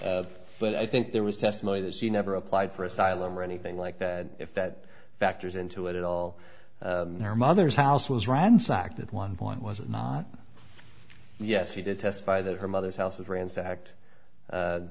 but i think there was testimony that she never applied for asylum or anything like that if that factors into it at all her mother's house was ransacked at one point was not yes he did testify that her mother's house with ransacked